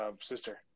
sister